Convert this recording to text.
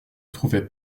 trouvaient